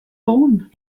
born